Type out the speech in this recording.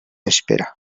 espera